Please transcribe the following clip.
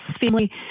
family